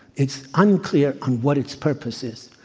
it's unclear on what its purpose is.